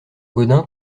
gaudin